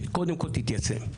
שקודם כל תיושם.